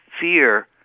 fear